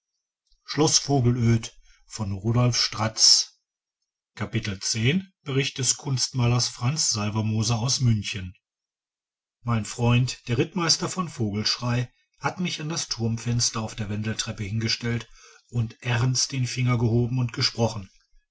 bericht des kunstmalers franz salvermoser aus münchen mein freund der rittmeister von vogelschrey hat mich an das turmfenster auf der wendeltreppe hingestellt und ernst den finger gehoben und gesprochen